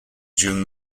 during